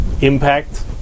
impact